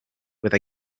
with